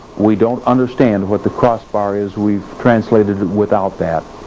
we don't understand what the crossbar is we've translated it without that.